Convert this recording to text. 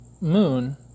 Moon